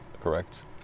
correct